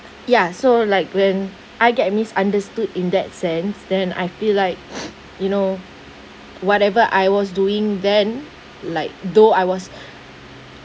ya so like when I get misunderstood in that sense then I feel like you know whatever I was doing then like though I was